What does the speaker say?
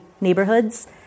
neighborhoods